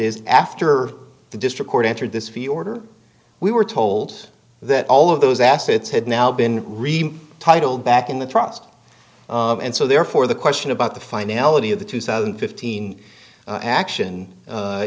is after the district court entered this fee order we were told that all of those assets had now been removed title back in the trust and so therefore the question about the finality of the two thousand and fifteen action